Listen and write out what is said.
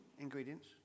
ingredients